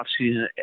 offseason –